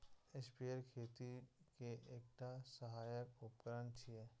sprayer खेती के एकटा सहायक उपकरण छियै